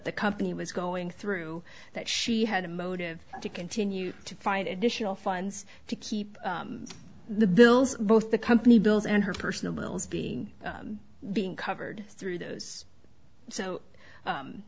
the company was going through that she had a motive to continue to find additional funds to keep the bills both the company bills and her personal bills being being covered through those so